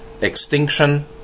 extinction